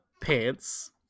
pants